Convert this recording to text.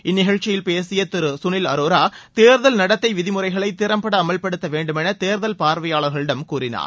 இந்நிகழ்ச்சியில் பேசிய திரு சுனில் அரோரா தேர்தல் நடத்தை விதிமுறைகளை திறம்பட அமல்படுத்த வேண்டுமென தேர்தல் பார்வையாளர்களிடம் கூறினார்